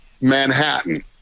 Manhattan